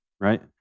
right